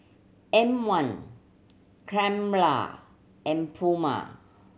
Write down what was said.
M One Crumpler and Puma